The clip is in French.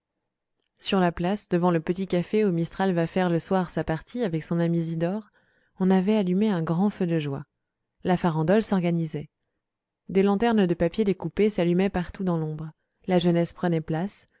sur la place devant le petit café où mistral va faire le soir sa partie avec son ami zidore on avait allumé un grand feu de joie la farandole s'organisait des lanternes de papier découpé s'allumaient partout dans l'ombre la jeunesse prenait place